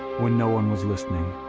when no one was listening.